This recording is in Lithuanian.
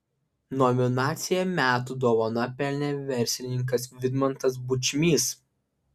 nominaciją metų dovana pelnė verslininkas vidmantas bučmys